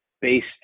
based